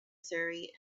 surrey